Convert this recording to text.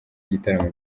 igitaramo